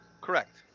Correct